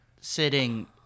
sitting